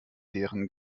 deren